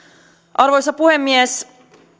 arvoisa puhemies